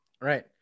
Right